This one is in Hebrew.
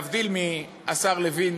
להבדיל מהשר לוין,